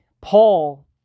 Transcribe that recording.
Paul